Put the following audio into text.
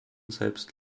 selbst